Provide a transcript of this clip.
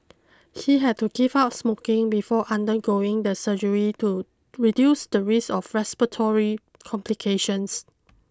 he had to give up smoking before undergoing the surgery to reduce the risk of respiratory complications